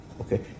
okay